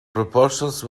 proportions